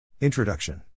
Introduction